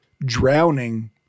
drowning